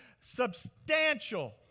substantial